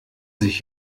sich